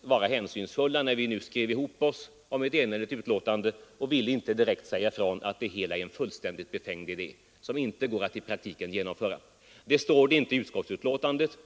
vara hänsynsfulla när vi nu skrev ihop oss i ett enhälligt betänkande och ville inte direkt säga ifrån att det hela är en fullständigt befängd idé som inte går att i praktiken genomföra. Det står alltså inte i betänkandet.